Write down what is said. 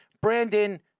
Brandon